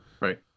Right